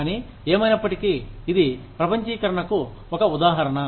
కానీ ఏమైనప్పటికీ ఇది ప్రపంచీకరణకు ఒక ఉదాహరణ